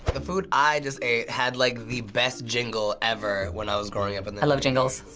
the food i just ate had like the best jingle ever when i was growing up. and i love jingles.